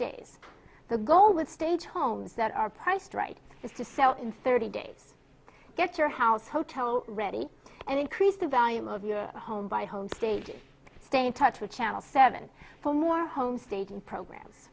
days the goal is stage homes that are priced right to sell in thirty days get your house hotel ready and increase the value of your home by home state stay in touch with channel seven for more home staging program